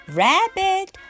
rabbit